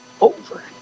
over